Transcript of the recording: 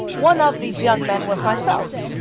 one of these young men was myself,